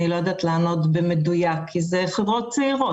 אני לא יודעת לענות במדויק כי אלה החברות צעירות.